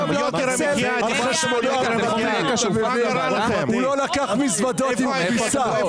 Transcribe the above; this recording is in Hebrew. הוא לא לקח מזוודות עם כביסה.